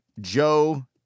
Joe